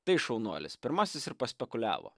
tai šaunuolis pirmasis ir paspekuliavo